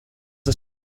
are